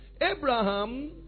Abraham